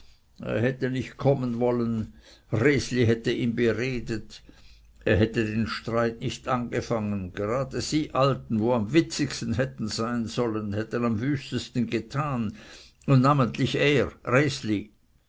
hätte nicht kommen wollen resli hätte ihn beredet er hätte den streit nicht angefangen gerade die alten wo am witzigsten hätten sein sollen hätten am wüstesten getan und namentlich er